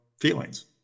feelings